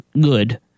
good